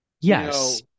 Yes